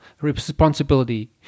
responsibility